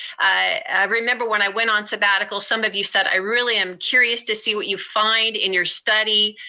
remember when i went on sabbatical, some of you said, i really am curious to see what you find in your study.